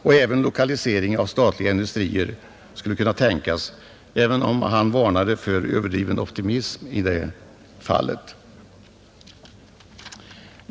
Också en lokalisering av statliga industrier skulle kunna tänkas, även om man varnade för överdriven optimism i det fallet.